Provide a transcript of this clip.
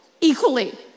equally